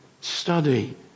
study